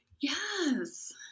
Yes